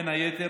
בין היתר,